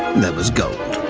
there was gold.